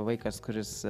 vaikas kuris